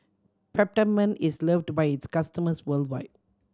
Peptamen is loved by its customers worldwide